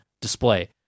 display